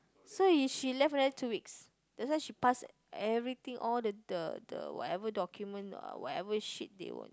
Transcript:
so is she left another two weeks that's why she pass everything all the the whatever document uh whatever shit they want